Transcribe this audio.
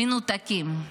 מנותקים.